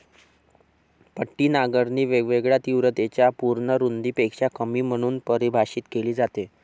पट्टी नांगरणी वेगवेगळ्या तीव्रतेच्या पूर्ण रुंदीपेक्षा कमी म्हणून परिभाषित केली जाते